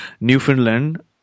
Newfoundland